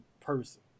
person